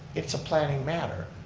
it's a planning matter,